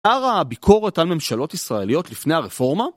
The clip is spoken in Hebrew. הר הביקורת על ממשלות ישראליות לפני הרפורמה?